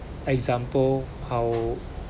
example how